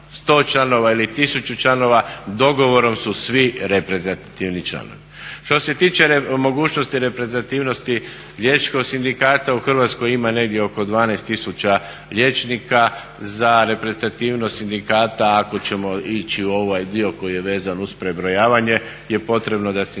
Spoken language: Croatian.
sto članova ili tisuću članova dogovorom su svi reprezentativni članovi. Što se tiče mogućnosti reprezentativnosti liječničkog sindikata u Hrvatskoj ima negdje oko 12 tisuća liječnika. Za reprezentativnost sindikata ako ćemo ići u ovaj dio koji je vezan uz prebrojavanje je potrebno da sindikat